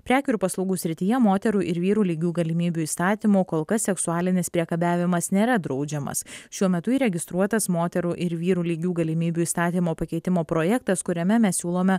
prekių ir paslaugų srityje moterų ir vyrų lygių galimybių įstatymu kol kas seksualinis priekabiavimas nėra draudžiamas šiuo metu įregistruotas moterų ir vyrų lygių galimybių įstatymo pakeitimo projektas kuriame mes siūlome